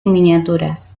miniaturas